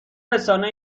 رسانه